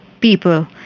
people